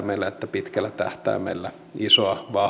pitkällä tähtäimellä isoa vahinkoa